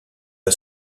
del